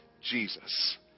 Jesus